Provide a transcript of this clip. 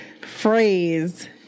phrase